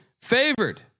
favored